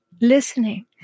Listening